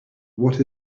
what